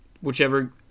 whichever